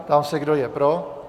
Ptám se, kdo je pro.